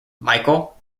michael